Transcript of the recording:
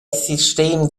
sistem